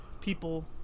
people